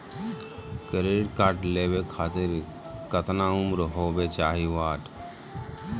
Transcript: Credit card लेवे खातीर कतना उम्र होवे चाही?